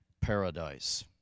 paradise